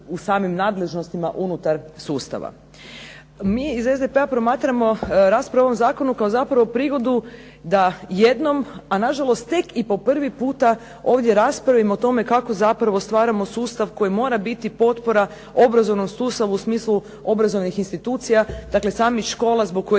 u samim nadležnostima unutar sustava. Mi iz SDP-a promatramo raspravu o ovom zakonu kao zapravo prigodu da jednom, a nažalost tek i po prvi puta ovdje raspravimo o tome kako zapravo stvaramo sustav koji mora biti potpora obrazovnom sustavu u smislu obrazovnih institucija, dakle samih škola zbog kojih